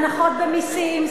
הנחות במסים,